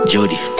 Jody